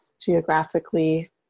geographically